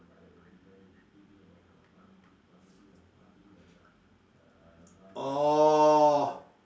orh